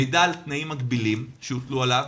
מידע על תנאים מגבילים שהוטלו עליו.